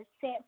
set